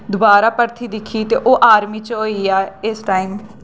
दबारा भर्थी दिक्खी ते ओह् आर्मी च होई गेआ इस टैम